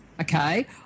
okay